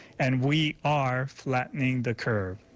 and we are flattening the curve.